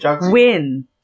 win